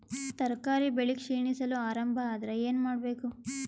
ತರಕಾರಿ ಬೆಳಿ ಕ್ಷೀಣಿಸಲು ಆರಂಭ ಆದ್ರ ಏನ ಮಾಡಬೇಕು?